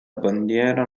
bandiera